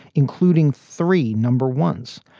including three number ones.